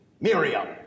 Miriam